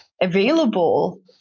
available